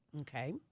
Okay